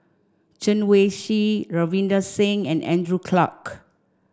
Chen Wen Hsi Ravinder Singh and Andrew Clarke